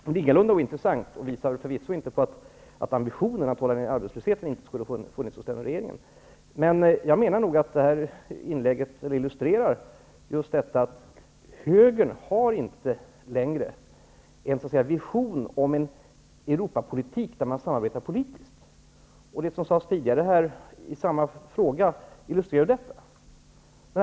Det är ingalunda ointressant och visar förvisso inte på att ambitionen att hålla nere arbetslösheten inte skulle funnits hos den regeringen. Jag menar nog att Göran Lennmarkers inlägg illustrerar just detta att högern inte längre har en vision om en Europapolitik där man samarbetar politiskt. Det som sades tidigare här i samma fråga illustrerar detta.